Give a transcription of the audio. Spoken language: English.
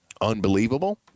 Unbelievable